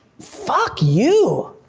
fuck you!